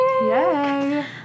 Yay